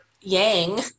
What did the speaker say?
yang